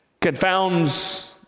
confounds